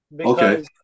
Okay